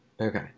Okay